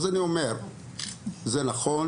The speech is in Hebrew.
זה נכון